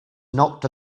knocked